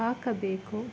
ಹಾಕಬೇಕು